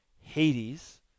Hades